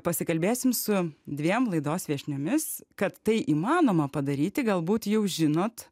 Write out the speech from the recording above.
pasikalbėsim su dviem laidos viešniomis kad tai įmanoma padaryti galbūt jau žinot